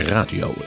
Radio